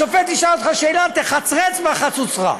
כשהשופט ישאל אותך שאלה תחצרץ בחצוצרה.